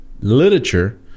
literature